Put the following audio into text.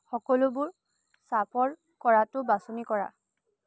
সকলোবোৰ শ্বাফল কৰাটো বাছনি কৰা